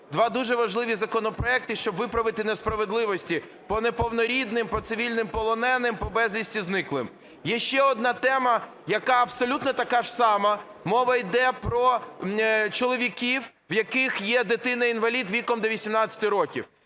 два дуже важливі законопроекти, щоб виправити несправедливості по неповнорідним, по цивільним полоненим, по безвісти зниклим. Є ще одна тема, яка абсолютно така ж сама, мова йде про чоловіків, у яких є дитина-інвалід віком до 18 років.